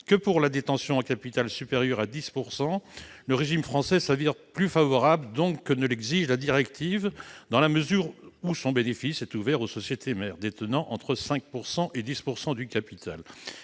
que pour les détentions en capital supérieures à 10 %, le régime français se révèle plus favorable que la directive, dans la mesure où son bénéfice est ouvert aux sociétés mères détenant entre 5 % et 10 % du capital